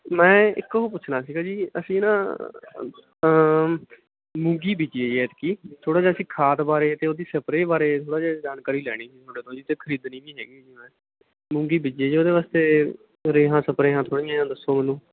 ਮੈਂ ਇੱਕ ਉਹ ਪੁੱਛਣਾ ਸੀਗਾ ਜੀ ਅਸੀਂ ਨਾ ਮੂੰਗੀ ਬੀਜੀ ਆ ਜੀ ਐਤਕੀ ਥੋੜ੍ਹਾ ਜਿਹਾ ਅਸੀਂ ਖਾਦ ਬਾਰੇ ਅਤੇ ਉਹਦੀ ਸਪਰੇਅ ਬਾਰੇ ਥੋੜ੍ਹਾ ਜਿਹਾ ਜਾਣਕਾਰੀ ਲੈਣੀ ਸੀ ਤੁਹਾਡੇ ਤੋਂ ਜੀ ਅਤੇ ਖਰੀਦਣੀ ਵੀ ਹੈਗੀ ਹੈ ਜੀ ਮੈਂ ਮੂੰਗੀ ਬੀਜੀ ਜੀ ਉਹਦੇ ਵਾਸਤੇ ਰੇਹਾਂ ਸਪਰੇਹਾਂ ਥੋੜ੍ਹੀਆਂ ਦੱਸੋ ਮੈਨੂੰ